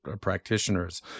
practitioners